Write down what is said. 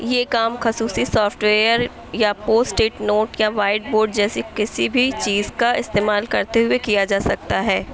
یہ کام خصوصی سافٹ ویئر یا پوسٹ اٹ نوٹ یا وائٹ بورڈ جیسی کسی بھی چیز کا استعمال کرتے ہوئے کیا جا سکتا ہے